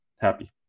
happy